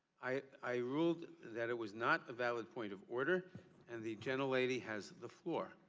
i ruled that it was not a valid point of order and the gentle lady has the floor.